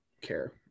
care